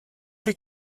les